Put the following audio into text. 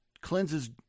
cleanses